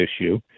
issue